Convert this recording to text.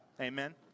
Amen